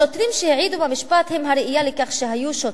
השוטרים שהעידו במשפט הם הראיה לכך שהיו שוטרים,